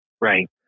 Right